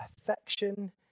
affection